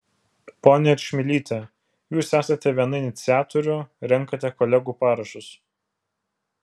ponia čmilyte jūs esate viena iniciatorių renkate kolegų parašus